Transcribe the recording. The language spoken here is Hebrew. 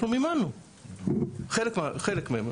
אנחנו מימנו חלק מהם,